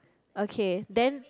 okay then